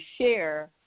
share